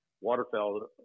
waterfowl